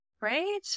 right